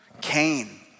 Cain